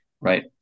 Right